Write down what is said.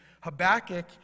Habakkuk